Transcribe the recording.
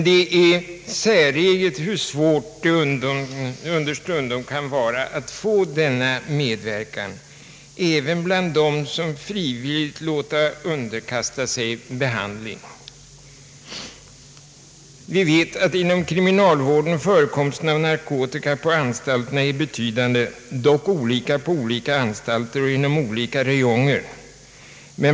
Det är säreget hur svårt det understundom kan vara att få denna medverkan även bland de patienter som frivilligt underkastar sig behandling. Vi vet att inom kriminalvården förekomsten av narkotika på anstalterna är betydande, dock olika på olika anstalter och inom olika räjonger.